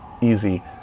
easy